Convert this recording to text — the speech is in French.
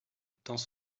dans